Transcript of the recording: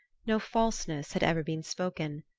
no falseness had ever been spoken.